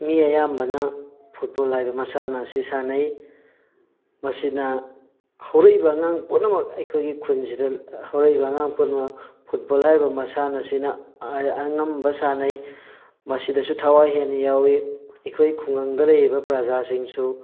ꯃꯤ ꯑꯌꯥꯝꯕꯅ ꯐꯨꯠꯕꯣꯜ ꯍꯥꯏꯕ ꯃꯁꯥꯟꯅ ꯑꯁꯤ ꯁꯥꯟꯅꯩ ꯃꯁꯤꯅ ꯍꯧꯔꯛꯏꯕ ꯑꯉꯥꯡ ꯄꯨꯝꯅꯃꯛ ꯑꯩꯈꯣꯏꯒꯤ ꯈꯨꯟꯁꯤꯗ ꯍꯧꯔꯛꯏꯕ ꯑꯉꯥꯡ ꯄꯨꯝꯅꯃꯛ ꯐꯨꯠꯕꯣꯜ ꯍꯥꯏꯔꯤꯕ ꯃꯁꯥꯟꯅꯁꯤꯅ ꯑꯉꯝꯕ ꯁꯥꯟꯅꯩ ꯃꯁꯤꯗꯁꯨ ꯊꯋꯥꯏ ꯍꯦꯟꯅ ꯌꯥꯎꯋꯤ ꯑꯩꯈꯣꯏ ꯈꯨꯡꯒꯪꯗ ꯂꯩꯔꯤꯕ ꯄ꯭ꯔꯖꯥꯁꯤꯡꯁꯨ